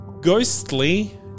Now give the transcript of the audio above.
ghostly